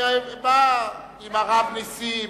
עם הרב נסים.